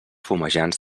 fumejants